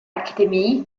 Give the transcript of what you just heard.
akademie